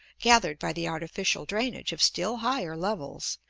gathered by the artificial drainage of still higher levels,